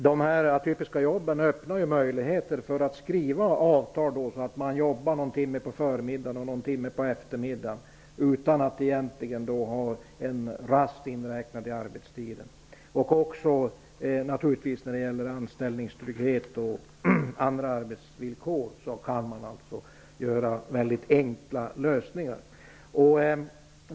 Herr talman! De atypiska jobben öppnar ju möjligheten att skriva avtal så att man jobbar någon timme på förmiddagen och någon timme på eftermiddagen utan att ha någon egentlig rast inräknad i arbetstiden. Även när det gäller anställningstrygghet och andra arbetsvillkor kan man göra väldigt enkla lösningar.